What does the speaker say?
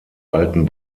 alten